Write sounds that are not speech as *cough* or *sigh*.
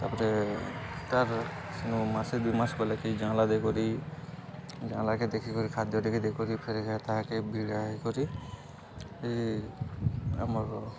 ତା'ପ୍ରେ ତା'ର୍ ସେନୁ ମାସେ ଦୁଇ ମାସ୍ ଗଲା କିି ଯାଆଁଲା ଦେଇକରି ଯାଆଁଲାକେ ଦେଖିକରି ଖାଦ୍ୟ ଟିକେ ଦେଇକରି ଫେର୍ ତାହାକେ *unintelligible* ଦେଇକରି ଇ ଆମର୍